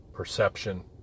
Perception